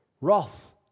wrath